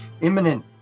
imminent